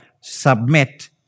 submit